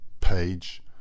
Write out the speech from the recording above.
Page